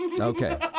Okay